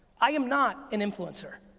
i am not an influencer.